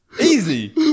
Easy